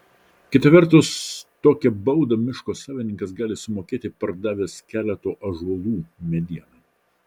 kita vertus tokią baudą miško savininkas gali sumokėti pardavęs keleto ąžuolų medieną